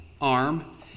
arm